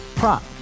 Prop